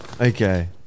Okay